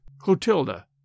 Clotilda